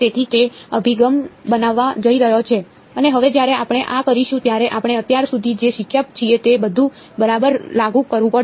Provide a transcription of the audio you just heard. તેથી તે અભિગમ બનવા જઈ રહ્યો છે અને હવે જ્યારે આપણે આ કરીશું ત્યારે આપણે અત્યાર સુધી જે શીખ્યા છીએ તે બધું બરાબર લાગુ કરવું પડશે